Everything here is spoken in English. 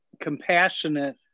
compassionate